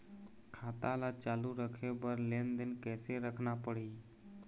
खाता ला चालू रखे बर लेनदेन कैसे रखना पड़ही?